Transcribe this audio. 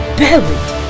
buried